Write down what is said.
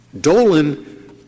dolan